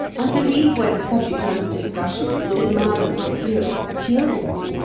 i believe, were the subject under discussion, you would admire the coiffure of the furies.